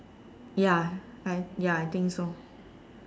ya I ya I think so